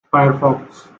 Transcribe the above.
firefox